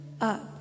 up